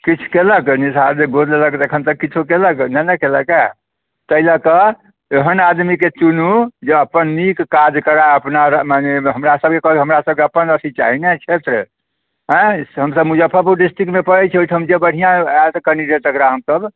किछु कयलक हँ निषाद जे गोद लेलक तऽ अखन तक किछु कयलक हँ नहि ने कयलक हँ ताहि लऽ कऽ ओहन आदमीकेँ चूनू जे अपन नीक काज करऽ अपना मने हमरा सबके कोनो हमरा सबके अपन अथी चाही ने क्षेत्र आयँ से हमसब मुजफ्फरपुर डिस्ट्रिक्टमे पड़ैत छी ओहिठाम जे बढ़िआँ आएत कैंडिडेट तेकरा हमसब